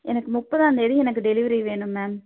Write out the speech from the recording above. எனக்கு முப்பதாம் தேதி எனக்கு டெலிவரி வேணும் மேம்